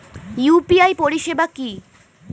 UPI পরিষেবা কি?